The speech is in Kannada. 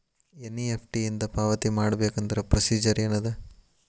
ಎನ್.ಇ.ಎಫ್.ಟಿ ಇಂದ ಪಾವತಿ ಮಾಡಬೇಕಂದ್ರ ಪ್ರೊಸೇಜರ್ ಏನದ